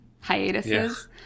hiatuses